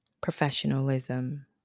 Professionalism